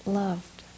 loved